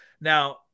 now